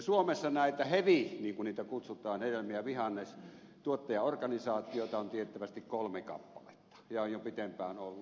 suomessa näitä hevi niin kuin niitä kutsutaan hedelmä ja vihannestuottajaorganisaatioita on tiettävästi kolme kappaletta ja on jo pitempään ollut